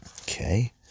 okay